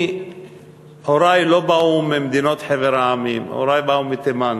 הורי לא באו מחבר המדינות, הורי באו מתימן,